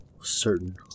certain